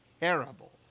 terrible